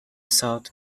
south